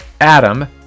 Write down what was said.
adam